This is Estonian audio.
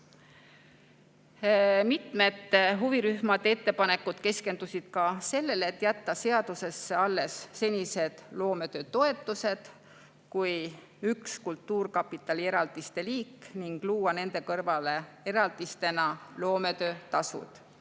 Mitmete huvirühmade ettepanekud keskendusid sellele, et jätta seadusesse alles senised loometöötoetused kui üks kultuurkapitali eraldiste liik ning luua nende kõrvale eraldisena loometöötasud,